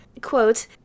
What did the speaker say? quote